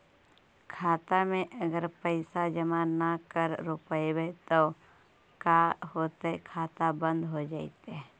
खाता मे अगर पैसा जमा न कर रोपबै त का होतै खाता बन्द हो जैतै?